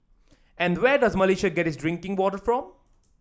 and where does Malaysia get its drinking water from